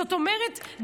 זאת אומרת,